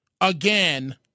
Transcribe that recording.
again